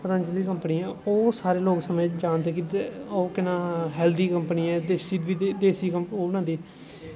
Patanjali company ऐ ओह् सारे लोग जानदे ओह् केह् नांऽ हैल्दी कंपनी ऐ देस्सी ओह् बनांदे